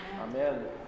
Amen